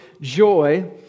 joy